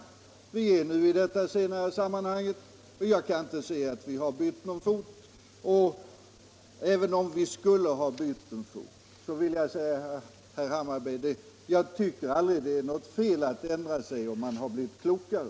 Vi är nu i detta senare sammanhang. Jag kan inte se att vi har bytt fot, och även om vi skulle ha gjort det, vill jag säga till herr Hammarberg att jag tycker inte det är något fel att ändra sig, om man har blivit klokare.